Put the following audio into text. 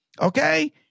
okay